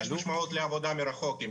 ואם יש משמעות לעבודה מרחוק,